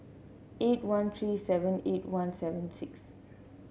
eight one three seven eight one seven six